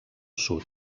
sud